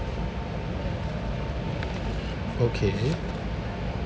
okay